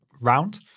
round